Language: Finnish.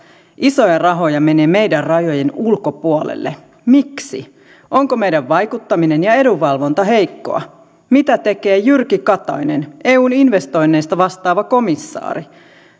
isoja rahoja menee meidän rajojemme ulkopuolelle miksi onko meidän vaikuttamisemme ja edunvalvontamme heikkoa mitä tekee jyrki katainen eun investoinneista vastaava komissaari